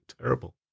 terrible